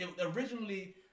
Originally